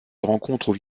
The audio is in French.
rencontrent